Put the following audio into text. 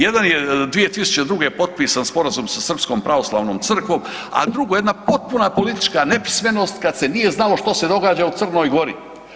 Jedan je 2002. potpisan sporazum sa Srpskom pravoslavnom crkvom, a drugo jedna potpuna politička nepismenost kad se nije znalo što se događa u Crnoj Gori.